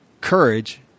courage